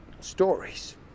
Stories